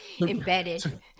Embedded